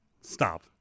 stop